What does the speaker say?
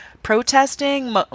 protesting